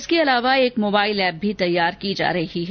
इसके लिए एक मोबाइल ऐप भी तैयार की जा रही है